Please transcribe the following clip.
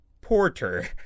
porter